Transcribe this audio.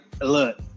look